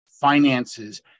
finances